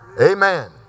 Amen